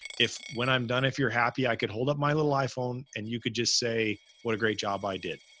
if when i'm done, if you're happy, i can hold up my little iphone and you could just say what a great job i did.